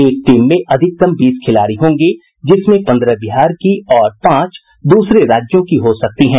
एक टीम में अधिकतम बीस खिलाड़ी होंगी जिसमें पन्द्रह बिहार की और पांच दूसरे राज्यों को हो सकती हैं